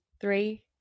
three